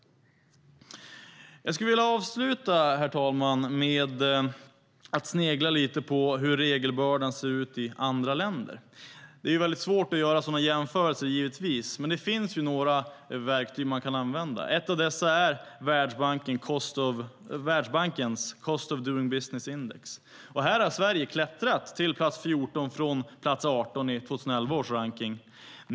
Jag skulle, herr talman, vilja avsluta med att snegla lite på hur regelbördan ser ut i andra länder. Det är givetvis svårt att göra sådana jämförelser, men det finns några verktyg som man kan använda. Ett av dessa är Världsbankens index för Cost of Doing Business. Här har Sverige klättrat till plats 14 från plats 18 plats i 2011 års rankning.